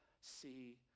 see